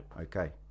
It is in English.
Okay